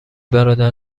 برادر